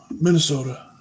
Minnesota